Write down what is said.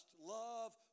love